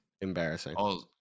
Embarrassing